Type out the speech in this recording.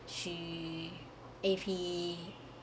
she if he